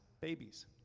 babies